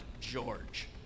George